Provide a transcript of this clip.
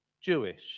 Jewish